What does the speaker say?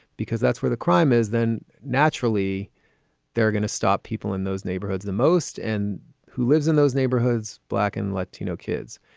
because that's where the crime is, then naturally they're going to stop people in those neighborhoods the most. and who lives in those neighborhoods? black and latino kids.